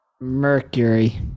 Mercury